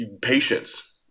patience